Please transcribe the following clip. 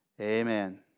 Amen